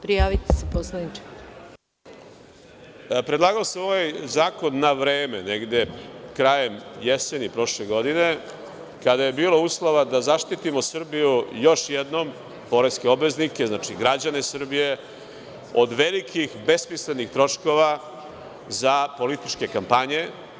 Predlagao sam ovaj zakon na vreme, negde krajem jeseni prošle godine, kada je bilo uslova da zaštitimo Srbiju još jednom, poreske obveznike, znači građane Srbije od velikih besmislenih troškova za političke kampanje.